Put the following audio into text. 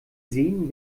sehen